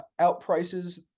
outprices